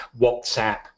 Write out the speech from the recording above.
WhatsApp